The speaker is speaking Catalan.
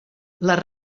les